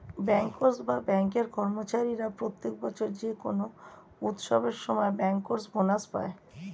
bankers বা ব্যাঙ্কের কর্মচারীরা প্রত্যেক বছর যে কোনো উৎসবের সময় ব্যাংকার্স বোনাস পায়